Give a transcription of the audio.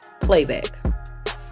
playback